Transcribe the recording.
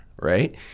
right